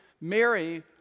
Mary